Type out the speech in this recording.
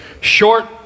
Short